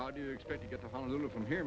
how do you expect to get home from here